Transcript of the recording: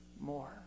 more